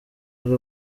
ari